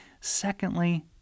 Secondly